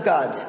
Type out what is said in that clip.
God